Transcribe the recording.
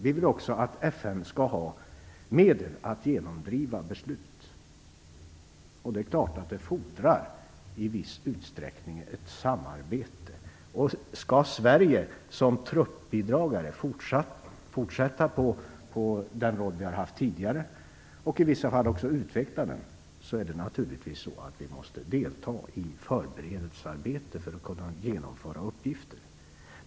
Vi vill också att FN skall ha medel att genomdriva beslut. Det fordrar naturligtvis i viss utsträckning ett samarbete. Skall vi i Sverige som truppbidragare fortsätta med den roll vi har haft tidigare och i vissa fall också utveckla den, måste vi delta i förberedelsearbete för att kunna genomföra uppgifter.